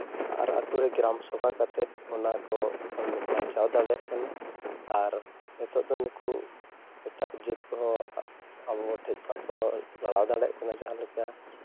ᱟᱨ ᱟᱹᱛᱩ ᱨᱮ ᱜᱨᱟᱢ ᱥᱚᱵᱷᱟ ᱠᱟᱛᱮᱫ ᱚᱱᱟ ᱠᱚ ᱵᱟᱧᱪᱟᱣ ᱫᱟᱲᱮᱭᱟᱜ ᱠᱟᱱᱟ ᱟᱨ ᱱᱤᱛᱚᱜ ᱫᱚ ᱱᱩᱠᱩ ᱮᱴᱟᱜ ᱡᱟᱹᱛ ᱠᱚᱦᱚᱸ ᱟᱵᱚ ᱴᱷᱮᱡ ᱵᱟᱠᱚ ᱞᱟᱲᱟᱣ ᱫᱟᱲᱮᱭᱟᱜ ᱠᱟᱱᱟ ᱡᱟᱦᱟᱸ ᱞᱮᱠᱟ